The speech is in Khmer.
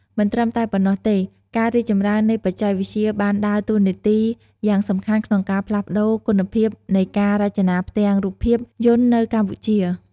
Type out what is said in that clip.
មិនត្រឹមតែប៉ុណ្ណោះទេការរីកចម្រើននៃបច្ចេកវិទ្យាបានដើរតួនាទីយ៉ាងសំខាន់ក្នុងការផ្លាស់ប្ដូរគុណភាពនៃការរចនាផ្ទាំងរូបភាពយន្តនៅកម្ពុជា ។